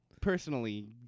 personally